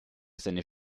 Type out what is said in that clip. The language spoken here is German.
seines